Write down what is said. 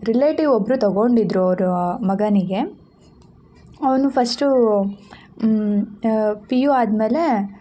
relative ಒಬ್ಬರು ತಗೊಂಡಿದ್ರು ಅವರು ಮಗನಿಗೆ ಅವನು ಫಸ್ಟು ಪಿ ಯು ಆದಮೇಲೆ